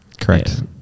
Correct